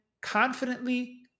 confidently